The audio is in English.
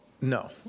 no